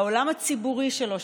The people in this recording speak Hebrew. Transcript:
העולם הציבורי שלו,